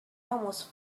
almost